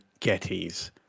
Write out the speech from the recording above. gettys